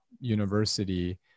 university